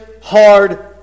hard